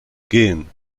gehen